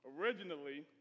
originally